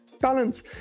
Balance